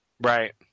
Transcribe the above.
Right